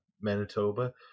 Manitoba